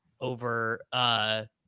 over